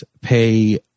pay